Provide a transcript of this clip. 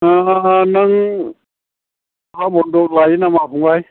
अ नों हा बन्द'क लायो नामा फंबाय